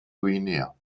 guinea